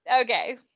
Okay